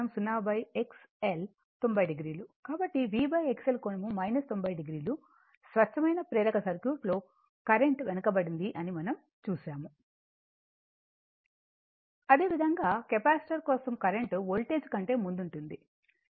కాబట్టి V XL కోణం 900 స్వచ్ఛమైన ప్రేరక సర్క్యూట్లో కరెంట్ వెనుకబడింది అని మనం చూసాము అదే విధంగా కెపాసిటర్ కోసం కరెంట్ వోల్టేజ్ కంటే ముందుంది V కోణం 0 jXC